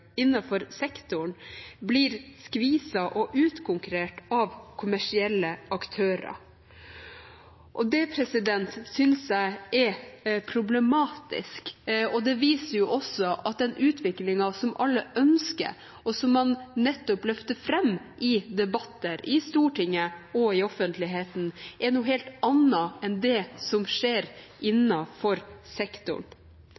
innenfor sektoren, blir skviset og utkonkurrert av kommersielle aktører. Det syns jeg er problematisk, og det viser også at den utviklingen som alle ønsker, og som man nettopp løfter fram i debatter i Stortinget og i offentligheten, er noe helt annet enn det som skjer